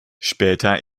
später